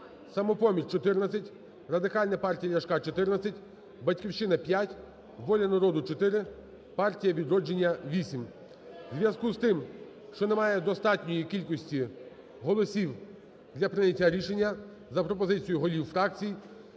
"Самопоміч" – 14, Радикальна партія Ляшка – 14, "Батьківщина" – 5, "Воля народу" – 4, "Партія "Відродження" – 8. У зв'язку з тим, що немає достатньої кількості голосів для прийняття рішення, за пропозицією голів фракцій